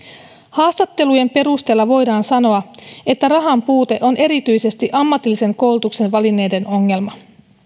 haastattelujen perusteella voidaan sanoa että rahan puute on erityisesti ammatillisen koulutuksen valinneiden ongelma